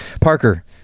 parker